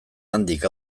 handik